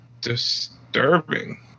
disturbing